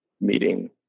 meeting